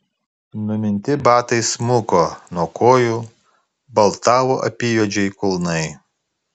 numinti batai smuko nuo kojų baltavo apyjuodžiai kulnai